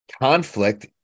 conflict